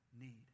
need